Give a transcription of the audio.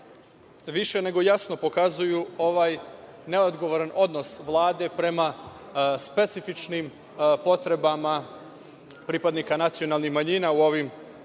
više nego jasno pokazuju ovaj neodgovoran odnos Vlade prema specifičnim potrebama pripadnika nacionalnih manjina u ovim oblastima. Mi